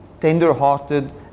tender-hearted